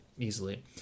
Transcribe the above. Easily